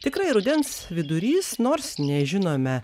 tikrai rudens vidurys nors nežinome